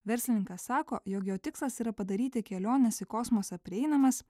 verslininkas sako jog jo tikslas yra padaryti keliones į kosmosą prieinamas